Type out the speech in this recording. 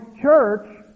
church